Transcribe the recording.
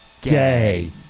Gay